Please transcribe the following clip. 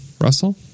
Russell